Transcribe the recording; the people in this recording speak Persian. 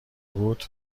بود